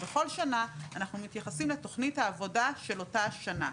שבכל שנה אנחנו מתייחסים לתוכנית העבודה של אותה השנה.